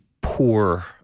poor